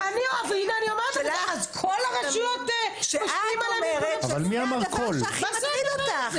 שאת אומרת שזה הדבר שהכי מטריד אותך.